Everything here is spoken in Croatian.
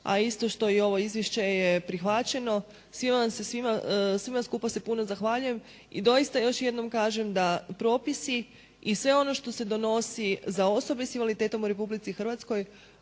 a isto što i ovo izvješće je prihvaćeno. Svima skupa se puno zahvaljujem. I doista još jednom kažem da propisi i sve ono što se donosi za osobe s invaliditetom u Republici Hrvatskoj